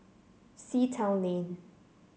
Sea Town Lane